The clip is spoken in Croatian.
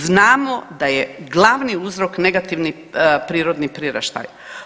Znamo da je glavni uzrok negativni prirodni priraštaj.